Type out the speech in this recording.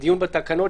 הדיון בתקנות,